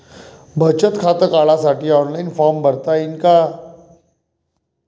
बचत खातं काढासाठी ऑफलाईन फारम भरता येईन का?